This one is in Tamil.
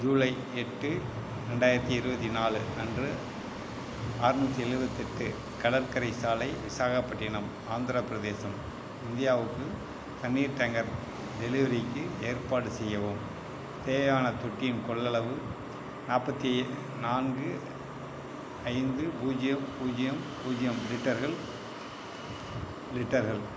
ஜூலை எட்டு ரெண்டாயிரத்தி இருபத்தி நாலு அன்று ஆறுநூற்றி எழுவத்தெட்டு கடற்கரை சாலை விசாகப்பட்டினம் ஆந்திரப்பிரதேசம் இந்தியாவுக்கு தண்ணீர் டேங்கர் டெலிவரிக்கு ஏற்பாடு செய்யவும் தேவையானத் தொட்டியின் கொள்ளளவு நாற்பத்தி நான்கு ஐந்து பூஜ்யம் பூஜ்யம் பூஜ்யம் லிட்டர்கள் லிட்டர்கள்